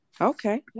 Okay